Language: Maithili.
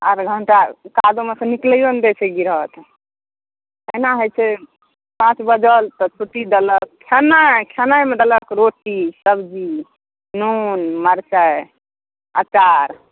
आठ घण्टा कादोमेसंँ निकलैयो नहि दै छै गृहस्थ अहिना होइत छै पाँच बजल तब सूची देलक खेनाइ खेनाइमे देलक रोटी सब्ज़ी नून मरचाइ अचार